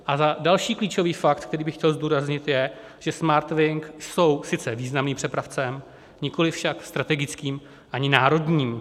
A další klíčový fakt, který bych chtěl zdůraznit, je, že Smartwings jsou sice významným přepravcem, nikoliv však strategickým, ani národním.